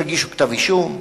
שיגישו כתב אישום,